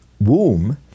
womb